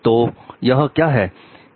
तो यह क्या है